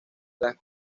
las